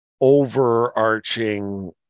overarching